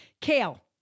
Kale